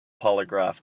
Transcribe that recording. polygraph